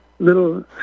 little